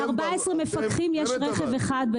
בלשכת אשקלון יש רכב אחד על